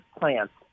plants